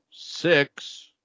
Six